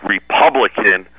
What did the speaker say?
Republican